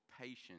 patience